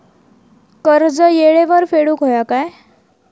कर्ज येळेवर फेडूक होया काय?